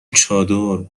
چادر